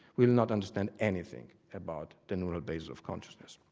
we'll not understand anything about the neural base of consciousness.